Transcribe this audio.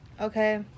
okay